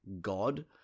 god